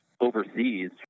overseas